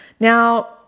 Now